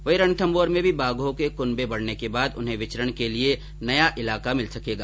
वहीं रणथम्भौर में भी बाघों के कुनबे बढने के बाद उन्हें विचरण के लिये नया इलाका मिल सकेगा